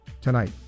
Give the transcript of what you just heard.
tonight